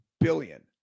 billion